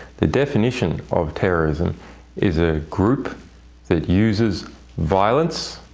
the definition of terrorism is a group that uses violence